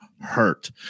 Hurt